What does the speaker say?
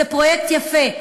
זה פרויקט יפה,